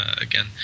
again